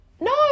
no